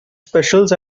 specials